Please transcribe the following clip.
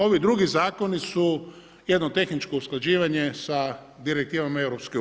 Ovi drugi zakoni su jedno tehničko usklađivanje sa direktivama EU.